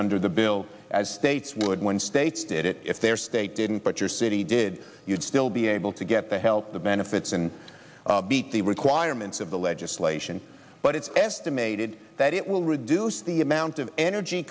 under the bill as states would when states did it if their state didn't but your city did you'd still be able to get the help the benefits and beat the requirements of the legislation but it's estimated that it will reduce the amount of energy